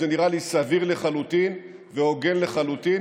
וזה נראה לי סביר לחלוטין והוגן לחלוטין,